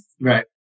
right